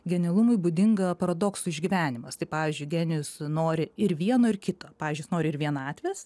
genialumui būdinga paradoksų išgyvenimas tai pavyzdžiui genijus nori ir vieno ir kito pavyzdžiuijis nori ir vienatvės